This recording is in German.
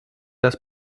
das